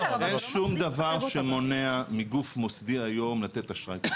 אין שום דבר שמונע מגוף מוסדי היום לתת אשראי.